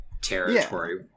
territory